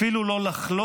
אפילו לא לחלום,